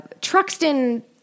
Truxton